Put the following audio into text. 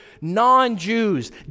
non-Jews